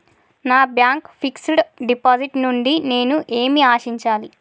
నా bank fixed deposit నుండి నేను ఏమి ఆశించాలి?